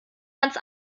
ganz